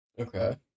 Okay